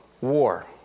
war